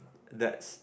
that's